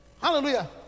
Hallelujah